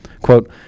Quote